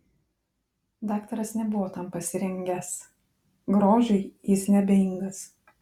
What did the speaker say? daktaras nebuvo tam pasirengęs grožiui jis neabejingas